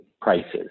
prices